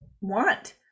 want